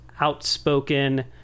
outspoken